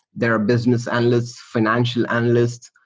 there are business analysts, fi nancial analysts,